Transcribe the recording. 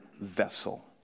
vessel